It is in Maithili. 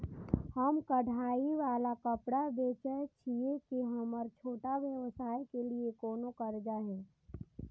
हम कढ़ाई वाला कपड़ा बेचय छिये, की हमर छोटा व्यवसाय के लिये कोनो कर्जा है?